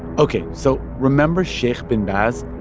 ok. so remember sheikh ibn baz,